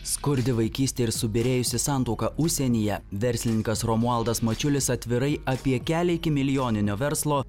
skurdi vaikystė ir subyrėjusi santuoka užsienyje verslininkas romualdas mačiulis atvirai apie kelią iki milijoninio verslo